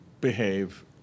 behave